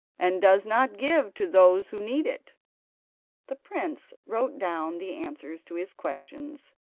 and does not give to those who need it the prince wrote down the answers to his questions,